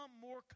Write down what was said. more